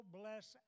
bless